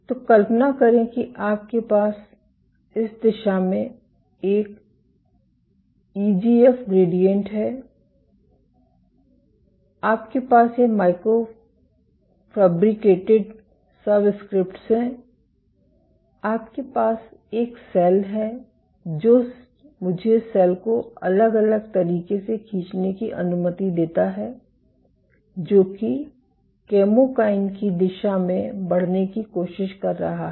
तो कल्पना करें कि आपके पास इस दिशा में एक ईजीएफ ग्रेडिएंट है आपके पास ये माइक्रो फैब्रिकेटेड सबस्क्रिप्टस हैं और आपके पास एक सेल है जो मुझे सेल को अलग अलग तरीके से खींचने की अनुमति देता है जो कि केमोकाइन की दिशा में बढ़ने की कोशिश कर रहा है